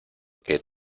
que